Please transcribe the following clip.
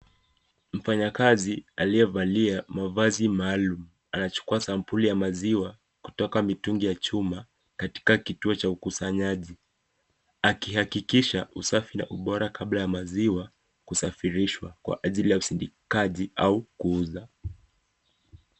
Mfanyakazi aliye valia mavaazi maalum, anachukua sampuli ya maziwa kutoka mitungi ya chuma katika kituo cha ukusanyaji akihakikisha usafi na ubora kabla ya maziwa kusafilishwa kwa ajili ya usidikaji au kuuza.